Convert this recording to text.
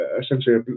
essentially